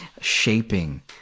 shaping